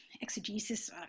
exegesis